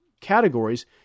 categories